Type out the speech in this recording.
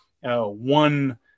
one